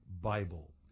Bible